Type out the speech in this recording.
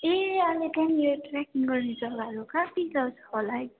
ए अनि त्यहाँनिर ट्रेकिङ गर्ने जग्गाहरू कहाँतिर छ होला है